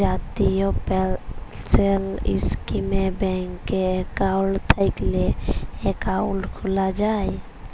জাতীয় পেলসল ইস্কিমে ব্যাংকে একাউল্ট থ্যাইকলে একাউল্ট খ্যুলা যায়